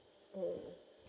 mm